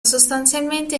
sostanzialmente